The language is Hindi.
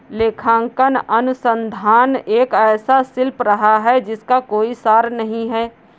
लेखांकन अनुसंधान एक ऐसा शिल्प रहा है जिसका कोई सार नहीं हैं